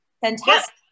fantastic